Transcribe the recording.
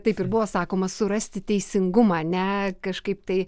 taip ir buvo sakoma surasti teisingumą ne kažkaip tai